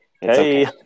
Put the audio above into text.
hey